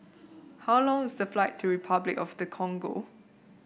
how long is the flight to Repuclic of the Congo